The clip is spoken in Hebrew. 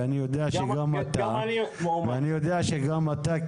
ואני יודע שגם אתה,